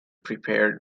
prepared